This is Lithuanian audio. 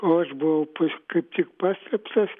o aš buvau pas kaip tik paslėptas